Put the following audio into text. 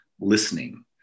listening